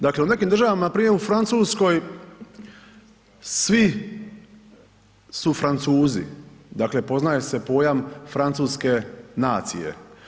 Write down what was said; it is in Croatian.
Dakle, u nekim državama, npr. u Francuskoj svi su Francuzi, dakle poznaje se pojam francuske nacije.